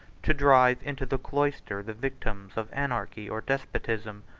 to drive into the cloister the victims of anarchy or despotism,